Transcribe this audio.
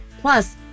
plus